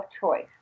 choice